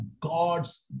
God's